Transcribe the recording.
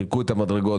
חילקו את המדרגות,